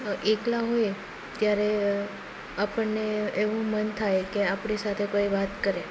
એકલા હોઈએ ત્યારે આપણને એવું મન થાય કે આપણી સાથે કોઈ વાત કરે